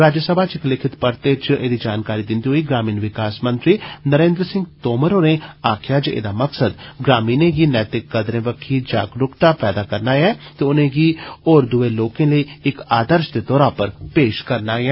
राज्यसभा च इक लिखित परते च ऐहदी जानकारी दिन्दे होई ग्रामीण विकास मंत्री नरेन्द्र सिंह तोमर होरें आक्खेआ जे ऐहदा मकसद ग्रामीणें च नैतिक कदें बक्खी जागरुक करना ते उनेंगी और दुए लोकें लेई आदर्श दे तौरा पर पेश करना ऐ